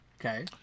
Okay